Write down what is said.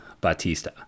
Batista